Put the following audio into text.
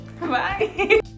Bye